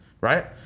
right